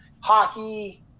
Hockey